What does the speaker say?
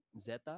Zeta